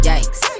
Yikes